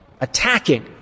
attacking